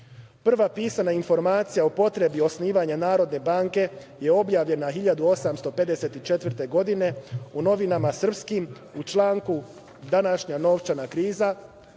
pisana informacija o potrebi osnivanja Narodne banke je objavljena 1854. godine u „Novinama srpskim“, u članku „Današnja novčana kriza“.